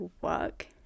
work